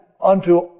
unto